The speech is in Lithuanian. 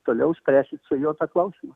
toliau spręsit su juo tą klausimą